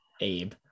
Abe